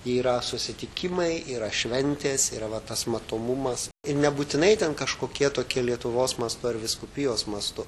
yra susitikimai yra šventės yra va tas matomumas ir nebūtinai ten kažkokie tokie lietuvos mastu ar vyskupijos mastu